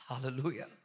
Hallelujah